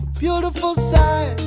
beautiful sight.